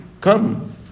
come